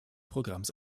programms